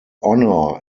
honour